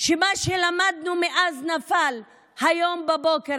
שאת מה שלמדנו מאז שהחוק הזה נפל היום בבוקר